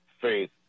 faith